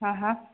ആഹാ